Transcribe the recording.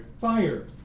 Fire